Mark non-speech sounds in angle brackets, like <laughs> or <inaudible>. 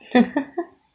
<laughs>